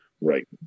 right